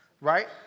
right